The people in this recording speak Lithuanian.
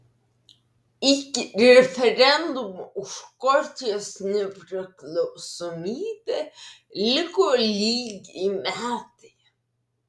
iki referendumo už škotijos nepriklausomybę liko lygiai metai